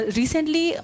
recently